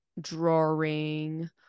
drawing